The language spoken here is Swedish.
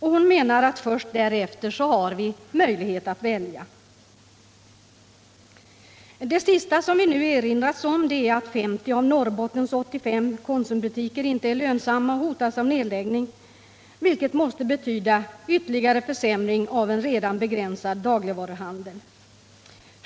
Hon menar att först därefter har vi möjlighet att välja. Det sista som vi erinrats om är att 50 av Norrbottens 85 Konsumbutiker inte är lönsamma och hotas av nedläggning, vilket måste betyda ytterligare försämring av en redan begränsad dagligvaruhandel.